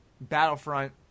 Battlefront